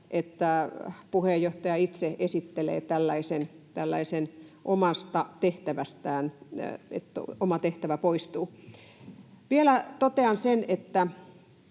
että puheenjohtaja itse esittelee tällaisen, että oma tehtävä poistuu. Vielä totean sen, että